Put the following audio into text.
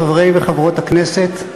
חברי וחברות הכנסת,